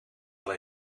wel